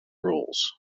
rules